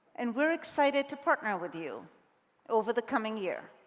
and we are excited to partner with you over the coming year.